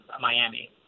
Miami